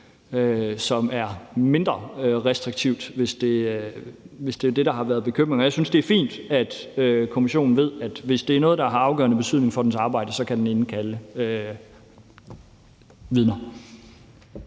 som er mindre restriktivt – hvis det er det, der har været bekymringen. Jeg synes, det er fint, at kommissionen ved, at hvis det er noget, der har afgørende betydning for dens arbejde, kan den indkalde vidner.